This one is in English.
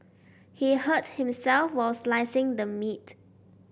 he hurt himself while slicing the meat